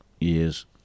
years